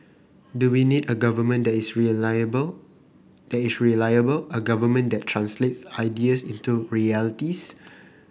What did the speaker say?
do we need a government that is reliable is reliable a government that translates ideas into realities